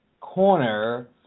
corner